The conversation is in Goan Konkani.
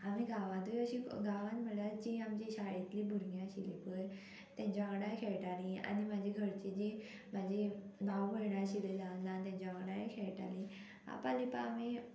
आमी गांवांतूय अशी गांवांत म्हळ्यार जी आमची शाळेंतली भुरगीं आशिल्लीं पय तेंच्या वांगडा खेळटालीं आनी म्हाजी घरचीं जीं म्हाजी भाव भयणां आशिल्लीं जावन ल्हान तेंच्या वांगडा खेळटालीं आपालीपा आमी